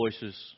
voices